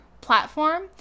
platform